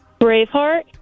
Braveheart